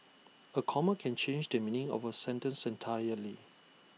A comma can change the meaning of A sentence entirely